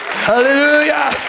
Hallelujah